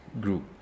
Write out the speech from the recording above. group